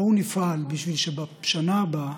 בואו נפעל בשביל שבשנה הבאה,